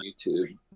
YouTube